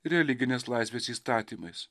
religinės laisvės įstatymais